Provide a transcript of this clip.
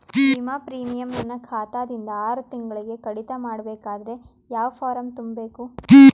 ವಿಮಾ ಪ್ರೀಮಿಯಂ ನನ್ನ ಖಾತಾ ದಿಂದ ಆರು ತಿಂಗಳಗೆ ಕಡಿತ ಮಾಡಬೇಕಾದರೆ ಯಾವ ಫಾರಂ ತುಂಬಬೇಕು?